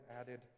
added